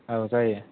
औ जायो